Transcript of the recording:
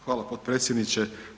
Hvala potpredsjedniče.